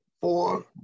four